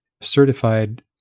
certified